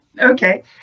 okay